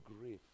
grief